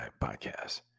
podcast